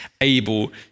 able